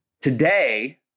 today